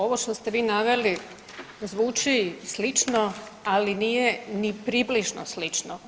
Ovo što ste vi naveli zvuči slično, ali nije ni približno slično.